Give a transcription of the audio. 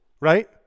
right